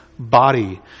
body